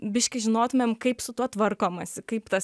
biškį žinotumėm kaip su tuo tvarkomasi kaip tas